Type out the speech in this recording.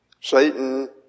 Satan